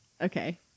Okay